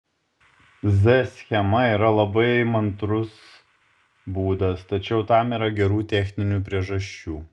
z schema yra labai įmantrus būdas tačiau tam yra gerų techninių priežasčių